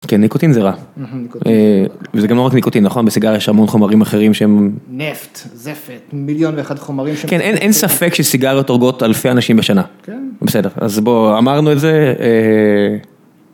כן, ניקוטין זה רע, וזה גם לא רק ניקוטין נכון, בסיגריה יש המון חומרים אחרים שהם נפט, זפת, מיליון ואחת חומרים, כן, אין ספק שסיגריות הורגות אלפי אנשים בשנה, בסדר, אז בוא אמרנו את זה.